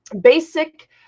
Basic